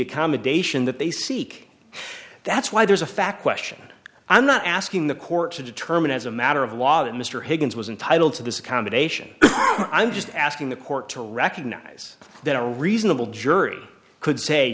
accommodation that they seek that's why there's a fact question i'm not asking the court to determine as a matter of law that mr higgins was entitled to this accommodation i'm just asking the court to recognize that a reasonable jury could say